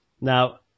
Now